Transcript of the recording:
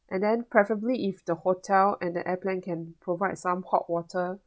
and then preferably if the hotel and the airplane can provide some hot water